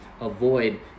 avoid